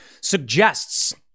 suggests